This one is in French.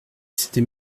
c’était